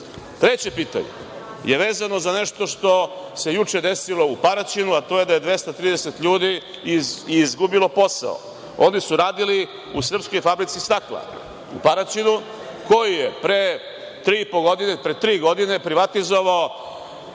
znače. Treće pitanje je vezano za nešto što se juče desilo u Paraćinu, a to je da je 230 ljudi izgubilo posao. Oni su radili u Srpskoj fabrici stakla u Paraćinu, koju je pre tri godine privatizovao,